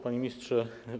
Panie Ministrze!